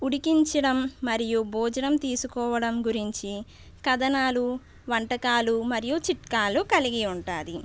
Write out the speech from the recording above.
ఉడికించడం మరియు భోజనం తీసుకోవడం గురించి కథనాలు వంటకాలు మరియు చిట్కాలు కలిగి ఉంటుంది